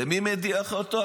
ומי מדיח אותו?